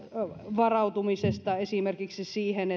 varautumisesta esimerkiksi siihen